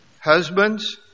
Husbands